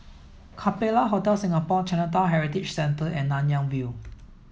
Capella Hotel Singapore Chinatown Heritage Centre and Nanyang View